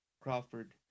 crawford